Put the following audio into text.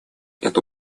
эту